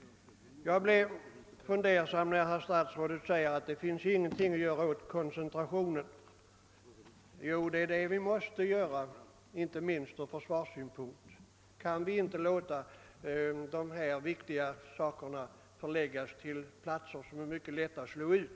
Jag blev också mycket betänksam när herr statsrådet sade att det inte finns någonting att göra åt koncentrationen av livsmedelsindustrien. Men det är det vi måste göra. Inte minst från försvarssynpunkt kan vi inte låta viktiga produkter lagras på platser som är mycket lätta att slå ut.